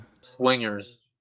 Swingers